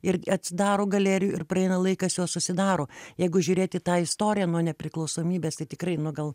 ir atsidaro galerijų ir praeina laikas jos užsidaro jeigu žiūrėt į tą istoriją nuo nepriklausomybės tai tikrai nu gal